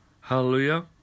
Hallelujah